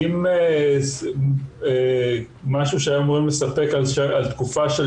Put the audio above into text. אם משהו שהיו אמורים לספק בתוך תקופה של